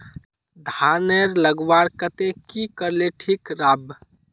धानेर लगवार केते की करले ठीक राब?